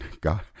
God